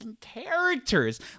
characters